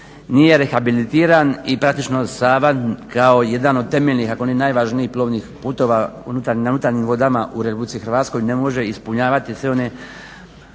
nije rehabilitiran i praktično Sava kao jedan od temeljnih ako ne i najvažnijih plovnih putova na unutarnjim vodama u RH ne može ispunjavati sve one